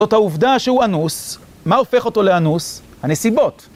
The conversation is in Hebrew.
זאת העובדה שהוא אנוס, מה הופך אותו לאנוס? הנסיבות.